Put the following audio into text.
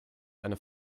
eine